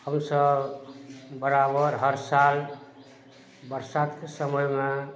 हमसभ बराबर हर साल बरसाके समयमे